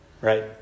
Right